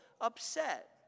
upset